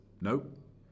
Nope